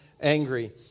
Angry